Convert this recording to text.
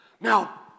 Now